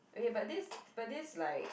okay but this but this like